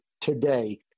today